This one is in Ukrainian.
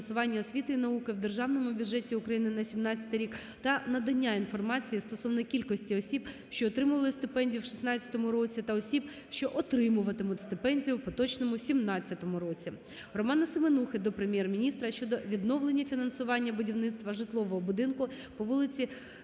Романа Семенухи до Прем'єр-міністра щодо відновлення фінансування будівництва житлового будинку по вулиці